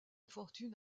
fortune